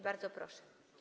Bardzo proszę.